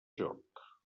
joc